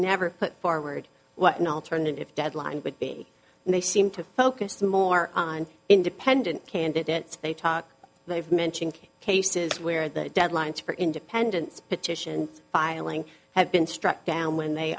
never put forward what an alternative deadline would be and they seem to focus more on independent candidates they talk they've mentioned cases where the deadlines for independence petition filing have been struck down when they